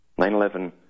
9-11